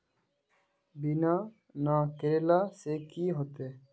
बीमा ना करेला से की होते?